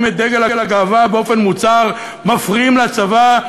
את דגל הגאווה באופן מוצהר מפריעים לצבא,